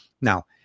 Now